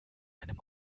einem